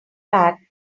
fact